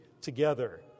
together